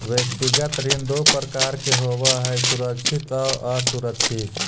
व्यक्तिगत ऋण दो प्रकार के होवऽ हइ सुरक्षित आउ असुरक्षित